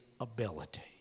ability